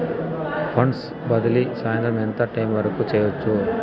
funds బదిలీ సాయంత్రం ఎంత టైము వరకు చేయొచ్చు